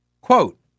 Quote